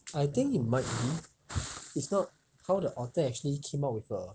I think it might be it's not how the author actually came up with a